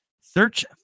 search